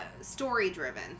story-driven